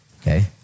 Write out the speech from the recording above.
okay